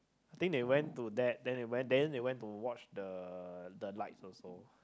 think they went to that then they went then they went to watch the the lights also